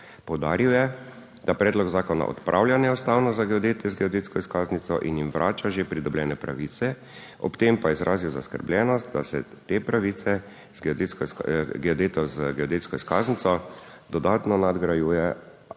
Poudaril je, da predlog zakona odpravlja neustavnost za geodete z geodetsko izkaznico in jim vrača že pridobljene pravice, ob tem pa je izrazil zaskrbljenost, da se te pravice geodetov z geodetsko izkaznico dodatno nadgrajuje